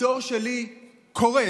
הדור שלי קורס.